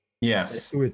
yes